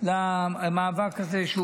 למאבק הזה,